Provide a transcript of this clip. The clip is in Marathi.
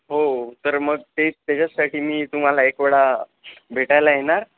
हो तर मग ते त्याच्याचसाठी मी तुम्हाला एक वेळा भेटायला येणार